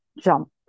jump